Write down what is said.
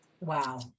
Wow